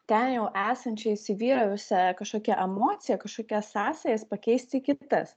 ten jau esančią įsivyravusią kažkokią emociją kažkokias sąsajas pakeisti kitas